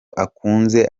akunze